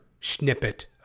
snippet